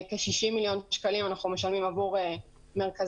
כ-60 מיליון שקלים אנחנו משלמים עבור המרכזים,